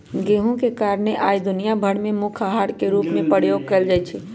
गेहूम के कारणे आइ दुनिया भर में मुख्य अहार के रूप में प्रयोग कएल जाइ छइ